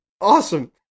Awesome